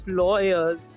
lawyers